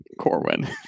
Corwin